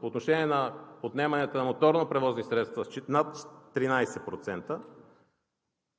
по отношение на отнеманията на моторни превозни средства с над 13%.